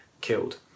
killed